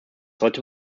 sollte